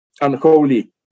unholy